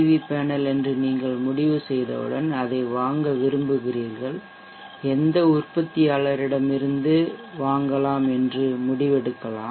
we panel என்று நீங்கள் முடிவு செய்தவுடன் அதை வாங்க விரும்புகிறீர்கள் எந்த உற்பத்தியாளரிடம் நீங்கள் வாங்கலாம் என்று முடிவெடுக்கலாம்